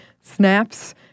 snaps